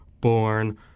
born